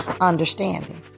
understanding